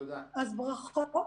אז ברכות.